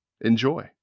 Enjoy